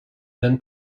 then